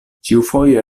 ĉiufoje